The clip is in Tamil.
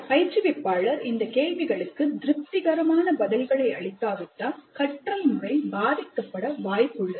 பயிற்றுவிப்பாளர் இந்த கேள்விகளுக்கு திருப்திகரமான பதில்களை அளிக்காவிட்டால் கற்றல் முறை பாதிக்கப்பட வாய்ப்புள்ளது